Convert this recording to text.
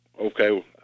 Okay